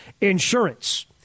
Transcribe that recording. Insurance